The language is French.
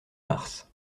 mars